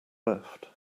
left